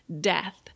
death